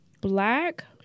Black